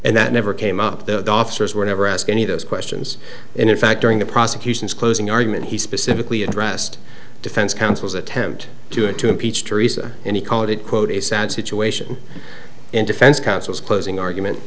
and that never came up the officers were never asked any of those questions and in fact during the prosecution's closing argument he specifically addressed defense counsel's attempt to it to impeach teresa and he called it quote a sad situation in defense counsel's closing argument